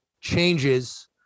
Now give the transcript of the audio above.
changes